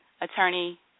Attorney